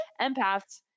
Empaths